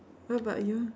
what about you